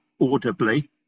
Audibly